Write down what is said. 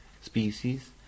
Species